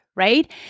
right